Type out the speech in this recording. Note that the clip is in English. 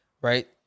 right